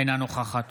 אינה נוכחת